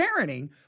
parenting